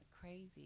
crazy